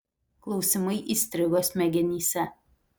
klausimai įstrigo smegenyse